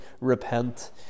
repent